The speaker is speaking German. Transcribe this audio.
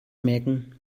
merken